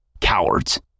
Cowards